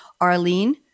Arlene